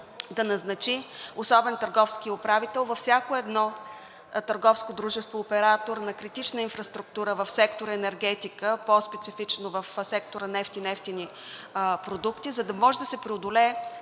да назначи особен търговски управител във всяко едно търговско дружество оператор на критична инфраструктура в сектор „Енергетика“ и по-специфично в сектор „Нефт и нефтени продукти“, за да може да се преодолее